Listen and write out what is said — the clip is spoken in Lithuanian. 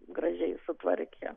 gražiai sutvarkė